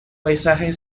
paisaje